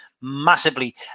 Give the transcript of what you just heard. massively